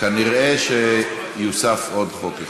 כנראה שיוסף עוד חוק אחד.